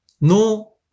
no